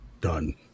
done